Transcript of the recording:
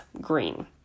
green